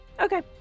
Okay